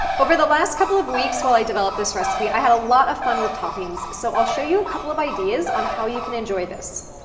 over the last couple of weeks while i've developed this recipe, i had a lot of fun with toppings, so i'll show you a couple of ideas on how you can enjoy this.